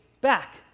back